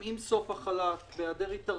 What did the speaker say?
עם סוף החל"ת, בהיעדר התארגנות,